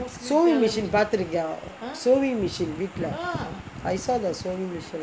sewing machine பாத்துருக்கியா:paathurukiyaa sewing machine வீட்டுலே:veetulae I saw the sewing machine